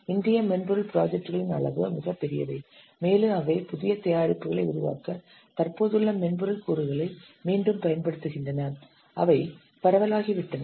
இன்றைய மென்பொருள் ப்ராஜெக்ட்களின் அளவு மிகப் பெரியவை மேலும் அவை புதிய தயாரிப்புகளை உருவாக்க தற்போதுள்ள மென்பொருள் கூறுகளை மீண்டும் பயன்படுத்துகின்றன அவை பரவலாகிவிட்டன